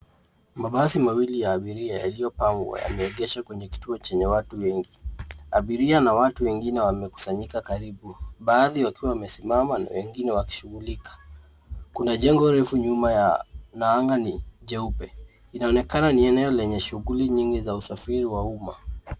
Mabasi mawili ya abiria yaliyopangwa, yameegeshwa kwenye kituo chenye watu wengi. Abiria na watu wengine wamekusanyika karibu. Baadhi wakiwa wamesimama na wengine wakishughulika. Kuna jengo refu nyuma yao na anga ni jeupe. Linaonekana ni eneo lenye shughuli mingi na usafiri wa umma.